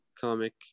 comic